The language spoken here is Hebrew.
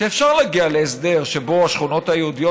שאפשר להגיע להסדר שבו השכונות היהודיות